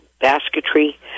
basketry